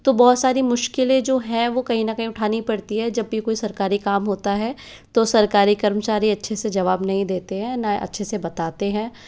तो बहुत सारी मुश्किलें जो है वो कहीं ना कहीं उठानी पड़ती है जब भी कोई सरकारी काम होता है तो सरकारी कर्मचारी अच्छे से जवाब नहीं देते हैं न अच्छे से बताते हैं